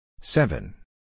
Seven